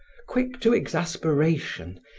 quick to exasperation,